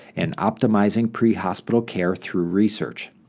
and optimizing prehospital care through research.